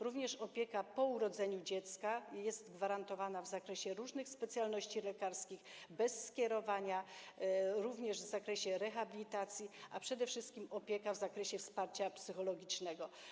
Również opieka po urodzeniu dziecka jest gwarantowana w zakresie różnych specjalności lekarskich bez skierowania, również w zakresie rehabilitacji, przede wszystkim opieka w zakresie wsparcia psychologicznego.